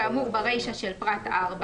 כאמור ברישא של פרט 4,